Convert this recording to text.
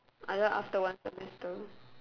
I join after one semester